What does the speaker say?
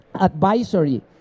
advisory